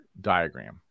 diagram